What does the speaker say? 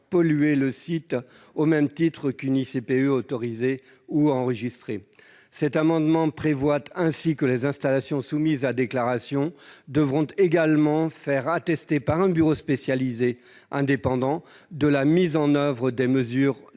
pollué le site au même titre qu'une ICPE autorisée ou enregistrée. Cet amendement vise ainsi à ce que les installations soumises à déclaration doivent également faire attester par un bureau d'études spécialisé indépendant de la mise en oeuvre des mesures